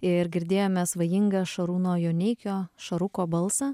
ir girdėjome svajingą šarūno joneikio šaruko balsą